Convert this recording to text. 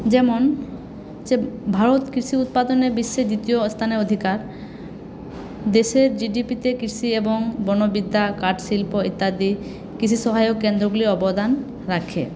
যেমন যে ভারত কৃষি উৎপাদনে বিশ্বে দ্বিতীয় স্থানে অধিকার দেশের জিডিপিতে কৃষি এবং বনবিদ্যা কাঠ শিল্প ইত্যাদি কৃষিসহায়ক কেন্দ্রগুলি অবদান রাখে